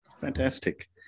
Fantastic